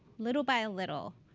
little by little,